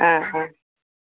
ആ ആ